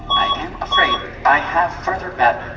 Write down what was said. i am afraid i have further bad